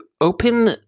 open